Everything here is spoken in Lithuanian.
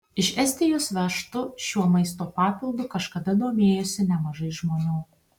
iš estijos vežtu šiuo maisto papildu kažkada domėjosi nemažai žmonių